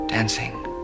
Dancing